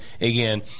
again